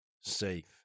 safe